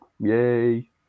Yay